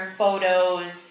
photos